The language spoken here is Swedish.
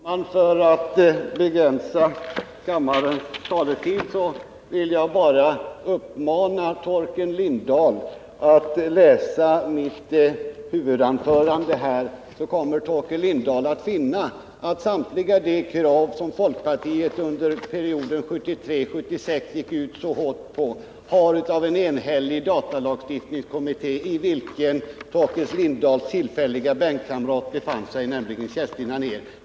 Herr talman! För att begränsa kammarens taletid vill jag bara uppmana Torkel Lindahl att läsa mitt huvudanförande, så kommer han att finna att samtliga de krav som folkpartiet under perioden 1973-1976 gick ut så hårt med har avvisats av en enhällig datalagstiftningskommitté — i vilken Torkel Lindahls tillfälliga bänkkamrat befann sig, nämligen Kerstin Anér.